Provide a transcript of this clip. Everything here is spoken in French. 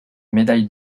médaille